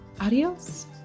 Adios